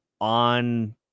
on